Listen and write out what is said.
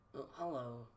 Hello